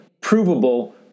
provable